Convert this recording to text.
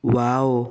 wow